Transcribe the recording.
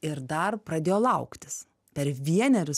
ir dar pradėjo lauktis per vienerius